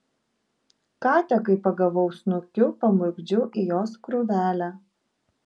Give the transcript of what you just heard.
katę kai pagavau snukiu pamurkdžiau į jos krūvelę